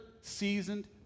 seasoned